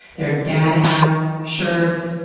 there are dad hats, shirts,